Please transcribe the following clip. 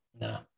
No